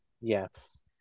Yes